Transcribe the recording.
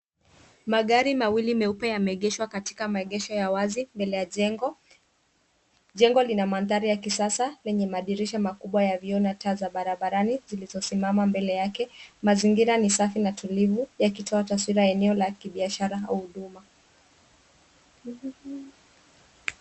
Magari mawili meupe yameegeshwa katika maegesho ya wazi mbele ya jengo. Jengo lina mandhari ya kisasa yenye madirisha makubwa ya vioo na taa za barabarani zilizosimama mbele yake. Mazingira ni safi na tulivu yakitoa taswiria ya eneo la kibiashara au huduma.